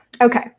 Okay